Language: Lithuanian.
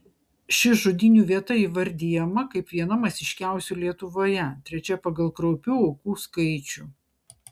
ši žudynių vieta įvardijama kaip viena masiškiausių lietuvoje trečia pagal kraupių aukų skaičių